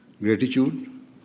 gratitude